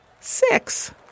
Six